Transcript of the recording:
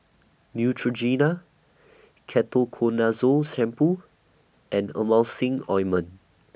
Neutrogena Ketoconazole Shampoo and Emulsying Ointment